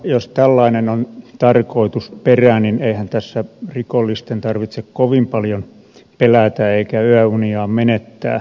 jos tällainen on tarkoitusperä niin eihän tässä rikollisten tarvitse kovin paljon pelätä eikä yöuniaan menettää